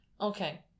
Okay